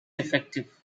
effective